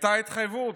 הייתה התחייבות,